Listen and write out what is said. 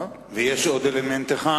ויש עוד אלמנט אחד,